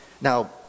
Now